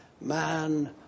man